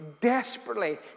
desperately